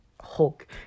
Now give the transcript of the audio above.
Hulk